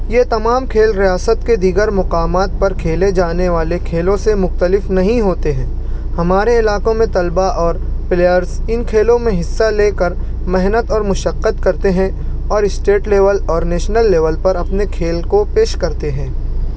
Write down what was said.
یہ تمام کھیل ریاست کے دیگر مقامات پر کھیلے جانے والے کھیلوں سے مختلف نہیں ہوتے ہیں ہمارے علاقوں میں طلبا اور پلیئرس ان کھیلوں میں حصہ لے کر محنت اور مشقت کرتے ہیں اور اسٹیٹ لیول اور نیشنل لیول پر اپنے کھیل کو پیش کرتے ہیں